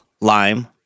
Lime